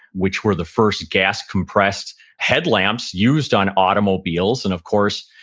which were the first gas compressed headlamps used on automobiles. and of course,